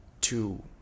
Two